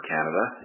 Canada